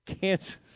Kansas